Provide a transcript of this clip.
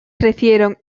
crecieron